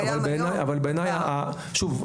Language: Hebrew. שוב,